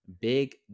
big